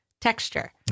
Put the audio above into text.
texture